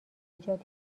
نجات